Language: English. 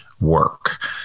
work